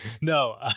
no